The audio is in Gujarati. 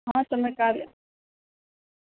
હા તમે કાલે